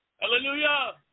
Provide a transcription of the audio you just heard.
Hallelujah